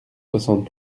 soixante